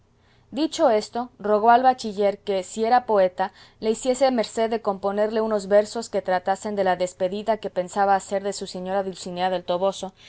dicho esto rogó al bachiller que si era poeta le hiciese merced de componerle unos versos que tratasen de la despedida que pensaba hacer de su señora dulcinea del toboso